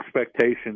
expectations